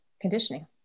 conditioning